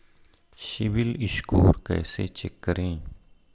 CIBIL score कैसे check करें?